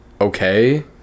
Okay